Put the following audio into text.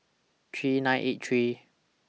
three nine eight three